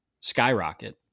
skyrocket